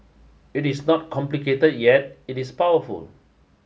it is not complicate yet it is powerful